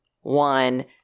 one